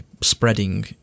spreading